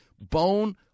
bone